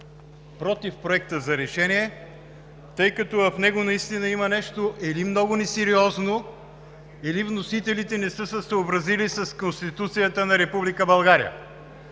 против Проекта за решение, тъй като в него наистина има нещо или много несериозно, или вносителите не са се съобразили с Конституцията на